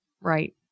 Right